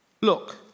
Look